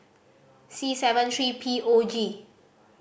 C seven three P O G